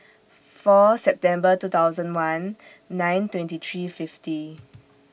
four September two thousand one nine twenty three fifty